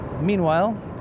Meanwhile